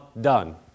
done